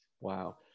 Wow